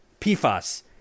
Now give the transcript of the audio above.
PFAS